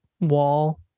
wall